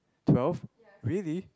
twelve really